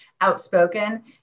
outspoken